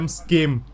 scheme